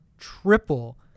triple